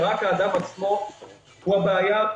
שרק האדם עצמו הוא הבעיה,